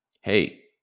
Hey